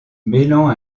mêlant